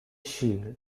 shield